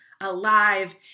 alive